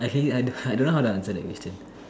actually I don't I don't know how to answer that question